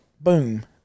Boom